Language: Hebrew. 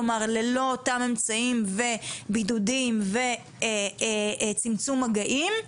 כלומר ללא אותם אמצעיים ובידודים וצמצום מגעים,